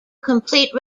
complete